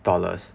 dollars